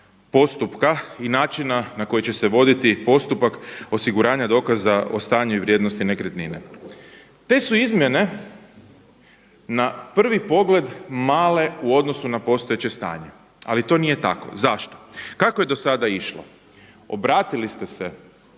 postupka i načina na koji će se voditi postupak osiguranja dokaza o stanju i vrijednosti nekretnine. Te su izmjene na prvi pogled male u odnosu na postojeće stanje, ali to nije tako. Zašto? Kako je do sada išlo? Obratili ste se